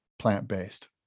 plant-based